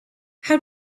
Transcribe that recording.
how